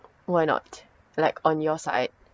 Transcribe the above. why not like on your side